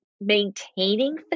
Maintaining